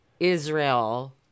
Israel